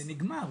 זה נגמר.